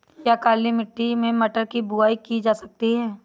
क्या काली मिट्टी में मटर की बुआई की जा सकती है?